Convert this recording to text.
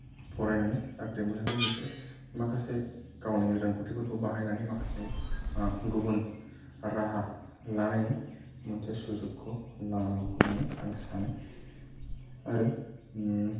फरायनानै साख्रि मोनाखै बिसोरो माखासे गावनि रोंगौथिफोरखौ बाहायनानै माखासे गुबुन राहा लानायनि मोनसे सुजुगखौ लानांगौ होननानै आं सानो आरो